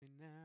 now